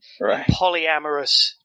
polyamorous